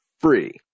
free